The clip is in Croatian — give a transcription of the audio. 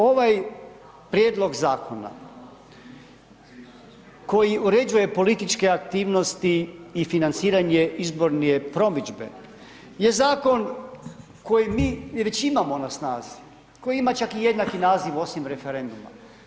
Ovaj prijedlog zakona koji uređuje političke aktivnosti i financiranje izborne promidžbe je zakon koji mi već imamo na snazi, koji ima čak i jednaki naziv, osim referenduma.